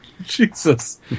Jesus